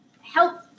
help